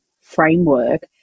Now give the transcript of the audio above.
framework